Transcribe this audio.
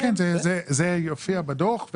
כן, זה יופיע בדוח.